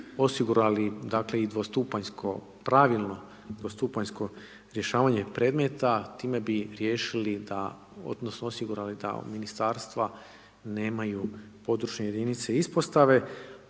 osigurali, dakle, i dvostupanjsko pravilno, dvostupanjsko rješavanje predmeta, time bi riješili da odnosno osigurali da Ministarstva nemaju područne jedinice ispostave,